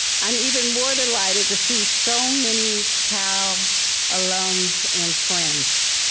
i'm even more delighted to see so many cal alums and friends.